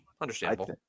understandable